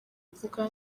mvuga